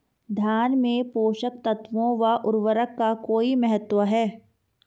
धान में पोषक तत्वों व उर्वरक का कोई महत्व है?